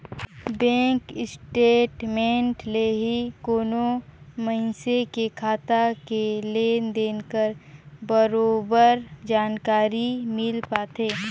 bank statement ले ही कोनो मइनसे के खाता के लेन देन कर बरोबर जानकारी मिल पाथे